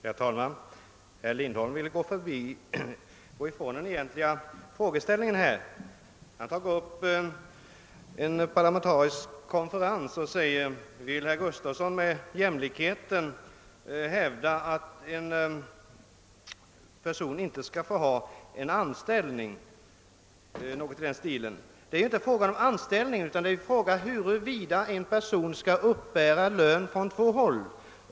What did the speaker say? Herr talman! Herr Lindholm ville kringgå den egentliga frågeställningen. Han tog upp ett exempel med en parlamentarisk konferens och undrade någonting i den här stilen: Vill herr Gustavsson med »jämlikhet« hävda att en person inte skall få ha en anställning? Det är ju inte fråga om anställningen, utan vad frågan gäller är huruvida en person skall kunna uppbära lön från två håll.